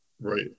Right